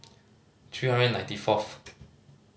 three hundred ninety fourth